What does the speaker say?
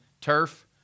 turf